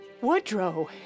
Woodrow